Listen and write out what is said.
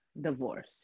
divorce